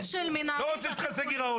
לא רוצה שתכסה גירעון.